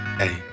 hey